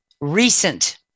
recent